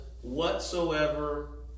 whatsoever